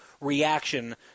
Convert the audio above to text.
reaction